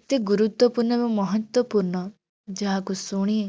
ଏତେ ଗୁରୁତ୍ୱପୂର୍ଣ୍ଣ ଏବଂ ମହତ୍ଵପୂର୍ଣ୍ଣ ଯାହାକୁ ଶୁଣି